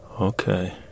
Okay